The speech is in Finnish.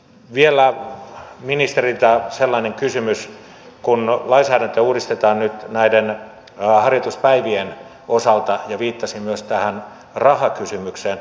vielä ministerille sellainen kysymys kun lainsäädäntöä uudistetaan nyt näiden harjoituspäivien osalta ja viittasin myös tähän rahakysymykseen